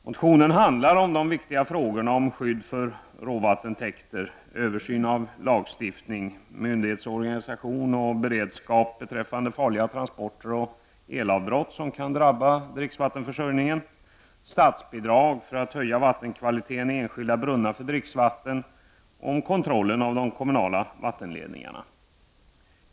Motionen handlar om de viktiga frågorna om skydd för råvattentäkter, översyn av lagstiftning, myndighetsorganisation och beredskap beträffande farliga transporter och elavbrott som kan drabba dricksvattenförsörjningen, statsbidrag för att höja vattenkvaliteten i enskilda brunnar för dricksvatten och om kontrollen av de kommunala vattenledningarna.